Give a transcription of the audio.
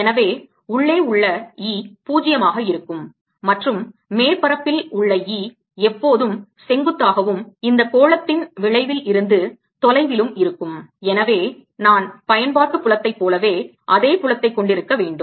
எனவே உள்ளே உள்ள E 0 ஆக இருக்கும் மற்றும் மேற்பரப்பில் உள்ள E எப்போதும் செங்குத்தாகவும் இந்த கோளத்தின் விளைவில் இருந்து தொலைவிலும் இருக்கும் எனவே நான் பயன்பாட்டு புலத்தைப் போலவே அதே புலத்தைக் கொண்டிருக்க வேண்டும்